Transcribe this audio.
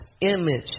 image